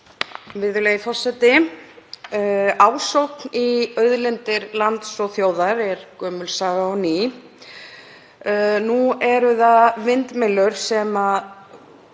Virðulegi forseti. Ásókn í auðlindir lands og þjóðar er gömul saga og ný. Nú eru það vindmyllur sem